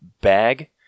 bag